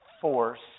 force